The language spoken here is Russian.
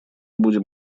будем